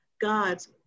God's